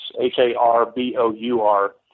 H-A-R-B-O-U-R